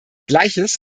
gleiches